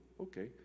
Okay